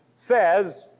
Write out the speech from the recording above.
says